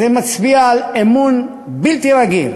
זה מצביע על אמון בלתי רגיל